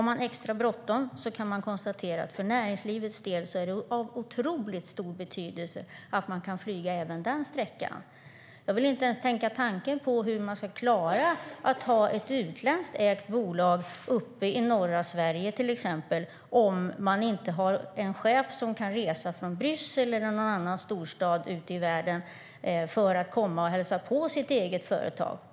Om man har extra bråttom kan man konstatera att för näringslivets del är det av otroligt stor betydelse att man kan flyga även den sträckan. Jag vill inte ens tänka tanken hur det ska gå att ha ett utländskt ägt bolag uppe i norra Sverige om inte chefen kan resa från Bryssel eller någon annan storstad ute i världen för att hälsa på det egna företaget.